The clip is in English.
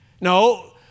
No